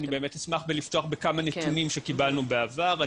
אז אני באמת אשמח לפתוח בכמה נתונים שקיבלנו בעבר.